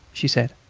she said.